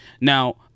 Now